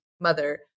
mother